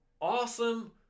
Awesome